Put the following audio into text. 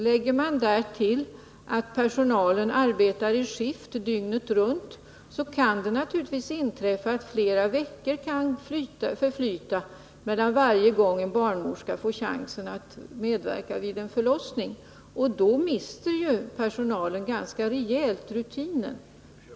Lägger man därtill att personalen arbetar i skift dygnet runt, så kan det naturligtvis inträffa att flera veckor förflyter mellan de gånger en barnmorska får chansen att medverka vid en förlossning. I den situationen mister ju personalen ganska rejält rutinen.